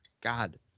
God